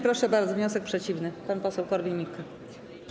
Proszę bardzo, wniosek przeciwny, pan poseł Korwin-Mikke.